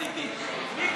לך?